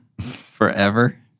forever